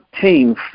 team